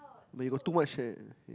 but you got too much hair